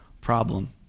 problem